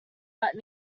but